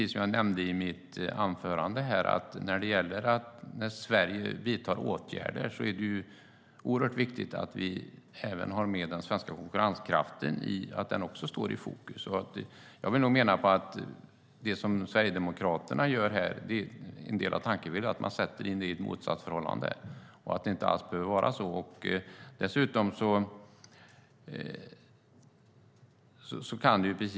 Som jag nämnde i mitt anförande är det oerhört viktigt att Sverige, när vi vidtar åtgärder, även ser till att den svenska konkurrenskraften står i fokus. Det som Sverigedemokraterna gör här är att sätta in detta i ett motsatsförhållande och att det inte alls behöver vara så.